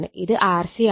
ഇത് RC ആണ്